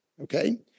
Okay